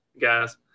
guys